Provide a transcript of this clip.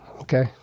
okay